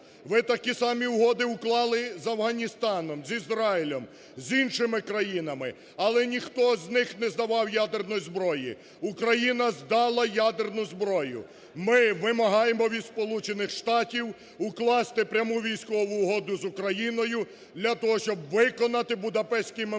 Ви такі самі угоди уклали з Афганістаном, з Ізраїлем, з іншими країнами, але ніхто з них не здавав ядерної зброї. Україна здала ядерну зброю. Ми вимагаємо від Сполучених Штатів укласти пряму військову угоду з Україною, для того щоб виконати Будапештський меморандум,